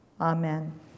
Amen